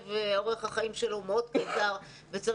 אורך החיים של מחשב הוא מאוד מוגדר וצריך